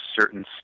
certain